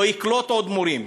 לא יקלוט עוד מורים.